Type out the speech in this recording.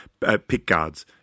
pickguards